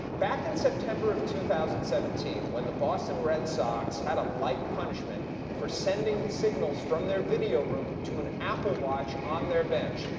back in september of two thousand and seventeen, when the boston red sox had a light punishment for sending signals from their video room to an apple watch on their bench,